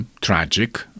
Tragic